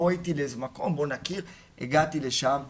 "..בוא איתי לאיזה מקום ותכיר.." הגעתי לשם ושם,